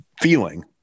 feeling